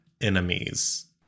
enemies